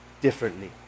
differently